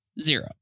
Zero